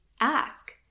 ask